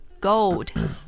gold